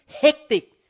hectic